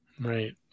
Right